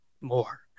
more